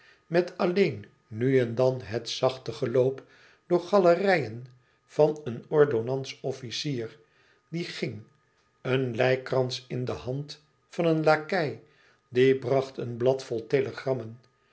met alleen nu en dan het zachte geloop door galerijen van een ordonnansofficier die ging een lijkkrans in de hand van een lakei die bracht een blad vol